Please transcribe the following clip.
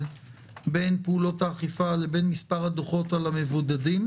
בין פעולות האכיפה לבין מספר הדוחות על המבודדים,